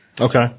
Okay